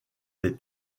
des